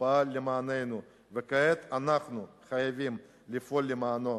פעל למעננו וכעת אנחנו חייבים לפעול למענו,